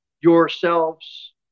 yourselves